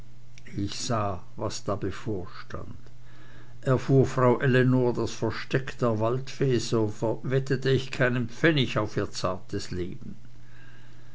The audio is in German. ich sah was da bevorstand erfuhr frau ellenor das versteck der waldelfe so wettete ich keinen pfennig auf ihr zartes leben